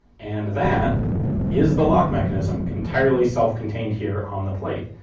and that is the lock mechanism, entirely self-contained here on the plate.